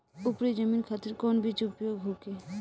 उपरी जमीन खातिर कौन बीज उपयोग होखे?